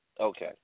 Okay